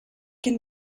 can